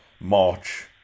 March